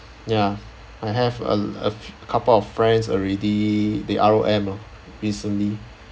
ya I have a a couple of friends already did R_O_M lah recently